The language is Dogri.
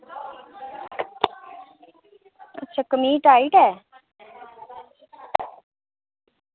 अच्छा कमीच टाइट ऐ